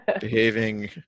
behaving